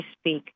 speak